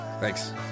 Thanks